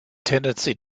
tendency